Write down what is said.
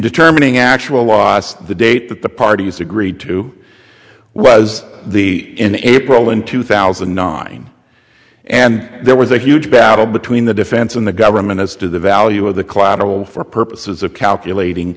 determining actual loss the date that the parties agreed to was the in april in two thousand and nine and there was a huge battle between the defense and the government as to the value of the collateral for purposes of calculating